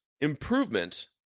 improvement